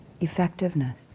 effectiveness